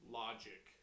logic